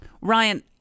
Ryan